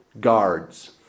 guards